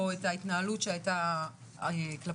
או את ההתנהלות שהייתה כלפיהם.